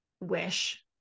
wish